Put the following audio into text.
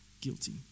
guilty